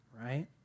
right